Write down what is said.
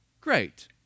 great